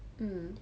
mm